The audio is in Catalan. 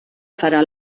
farà